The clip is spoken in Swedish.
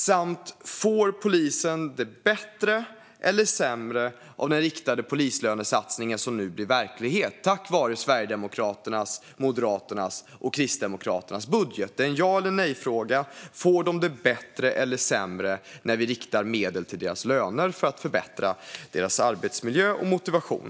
Och får polisen det bättre eller sämre av den riktade polislönesatsningen som nu blir verklighet tack vare Sverigedemokraternas, Moderaternas och Kristdemokraternas budget? Det är en enkel fråga: Får de det bättre eller sämre när vi riktar medel till deras löner för att förbättra deras arbetsmiljö och motivation?